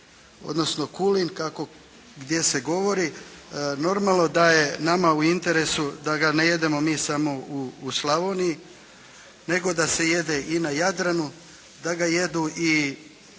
odnosno kulin kako gdje se govori, normalno da je nama u interesu da ga ne jedemo mi samo u Slavoniji nego da se jede i na Jadranu, da ga jedu i